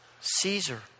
Caesar